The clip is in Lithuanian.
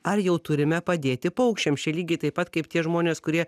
ar jau turime padėti paukščiams čia lygiai taip pat kaip tie žmonės kurie